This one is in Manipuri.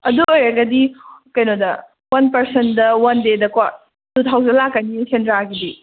ꯑꯗꯨ ꯑꯣꯏꯔꯒꯗꯤ ꯀꯩꯅꯣꯗ ꯋꯥꯟ ꯄꯔꯁꯟꯗ ꯋꯥꯟ ꯗꯦꯗꯀꯣ ꯇꯨ ꯊꯥꯎꯖꯟ ꯂꯥꯛꯀꯅꯤꯌꯦ ꯁꯦꯟꯗ꯭ꯔꯥꯒꯤꯗꯤ